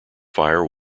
fire